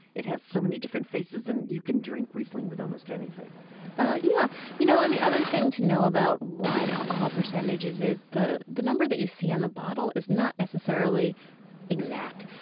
it has so many different face, and you can drink riesling with almost anything yeah you know and the other thing to know about wine alcohol percentages is the the number that you see on the bottle is not necessarily exact.